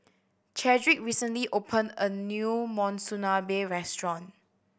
Chadrick recently opened a new Monsunabe Restaurant